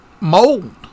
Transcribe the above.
mold